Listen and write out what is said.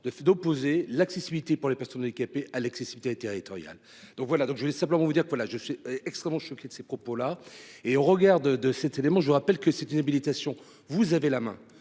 d'opposer l'accessibilité pour les personnes handicapées à l'accessibilité territoriale. Donc voilà donc je voulais simplement vous dire que voilà je suis extrêmement choqué de ces propos-là et au regard de de cet élément, je vous rappelle que c'est une habilitation. Vous avez la main.